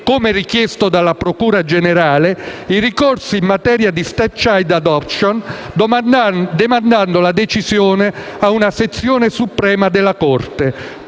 come richiesto dalla procura generale, i ricorsi in materia di *stepchild adoption*, demandando la decisione ad una sezione della Suprema